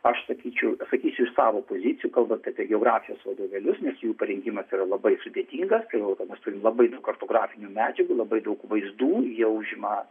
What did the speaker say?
aš sakyčiau sakysiu iš savo pozicijų kalbant apie geografijos vadovėlius nes jų parinkimas yra labai sudėtingas todėl kad mes turim labai daug kartografinių medžiagų labai daug vaizdų jie užima